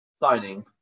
signing